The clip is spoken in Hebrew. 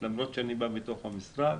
למרות שאני בא מתוך המשרד,